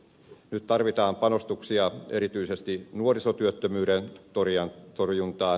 nyt tarvitaan panostuksia erityisesti nuorisotyöttömyyden torjuntaan